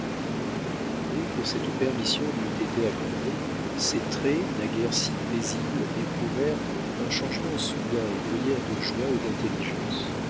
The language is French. dès que cette permission lui eut été accordée ses traits naguère si paisibles éprouvèrent un changement soudain et brillèrent de joie et d'intelligence